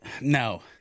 No